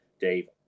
dave